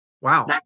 Wow